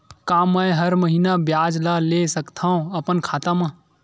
का मैं हर महीना ब्याज ला ले सकथव अपन खाता मा?